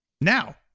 Now